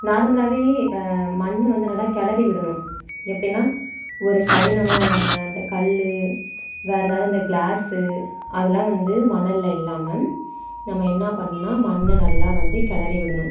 நார்மலாகவே மண் வந்து நல்லா கிளறி விடணும் எப்படின்னா ஒரு கடினமாக இல்லாமல் இந்த கல் வேற எதாவது இந்த க்ளாஸ்ஸு அதெலாம் வந்து மணல்ல இல்லாமல் நம்ம என்ன பண்ணும்னா மண்ணை நல்லா வந்து கிளறி விடணும்